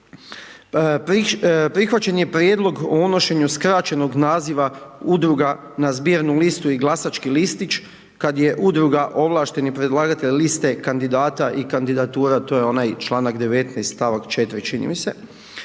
Prihvaćen je prijedlog o unošenju skraćenog naziva udruga na zbirnu listu i glasaći listić kad je udruga ovlašteni predlagatelj liste kandidata i kandidatura, to je onaj članak 19. stavak 4. čini mi se.